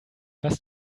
was